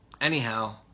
Anyhow